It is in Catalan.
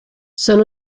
són